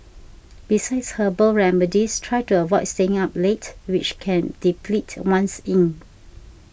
besides herbal remedies try to avoid staying up late which can deplete one's yin